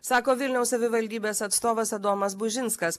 sako vilniaus savivaldybės atstovas adomas bužinskas